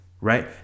right